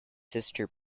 sister